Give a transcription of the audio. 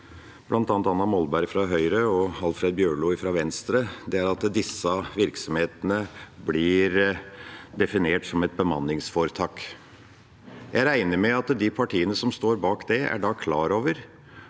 bl.a. Anna Molberg fra Høyre og Alfred Jens Bjørlo fra Venstre, er at disse virksomhetene blir definert som et bemanningsforetak. Jeg regner med at de partiene som står bak det, da er klar over